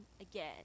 again